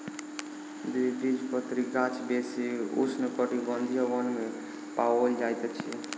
द्विबीजपत्री गाछ बेसी उष्णकटिबंधीय वन में पाओल जाइत अछि